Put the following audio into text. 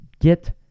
Get